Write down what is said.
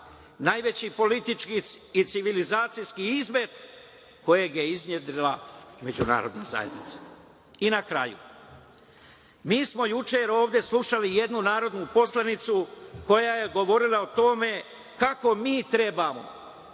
najveći politički i civilizacijski izmet kojeg je iznedrila međunarodna zajednica. Na kraju, mi smo juče ovde slušali jednu narodnu poslanicu koja je govorila o tome kako mi trebamo